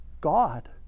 God